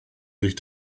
sich